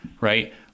right